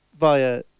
via